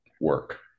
work